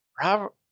Robert